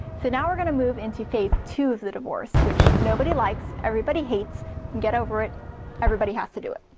so now we're gonna move into phase two of the divorce, which nobody likes, everybody hates get over it everybody has to do it.